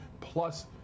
Plus